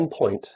endpoint